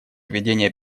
ведения